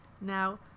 Now